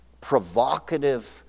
provocative